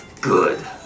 Good